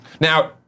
Now